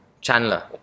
Chandler